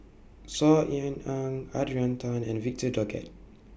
Saw Ean Ang Adrian Tan and Victor Doggett